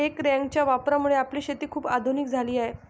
हे रॅकच्या वापरामुळे आपली शेती खूप आधुनिक झाली आहे